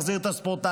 מחזיר את הספורטאי,